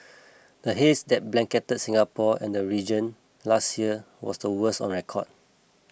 the haze that blanketed Singapore and the region last year was the worst on record